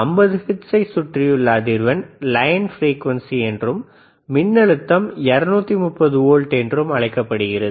50 ஹெர்ட்ஸைச் சுற்றியுள்ள அதிர்வெண் லயன் பிரிகுவன்சி என்றும் மின்னழுத்தம் 230 வோல்ட் என்றும் அழைக்கப்படுகிறது